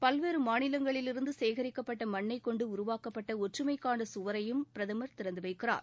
பல்வேறு மாநிலங்களிலிருந்து சேகரிக்கப்பட்ட மண்ணைக் கொண்டு உருவாக்கப்பட்ட ஒற்றுமைக்கான சுவரையும் பிரதமர் திறந்து வைக்கிறார்